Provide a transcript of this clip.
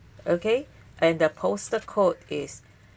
okay and the postal code is